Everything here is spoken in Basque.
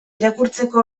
irakurtzeko